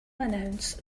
announce